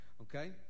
Okay